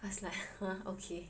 I was like !huh! okay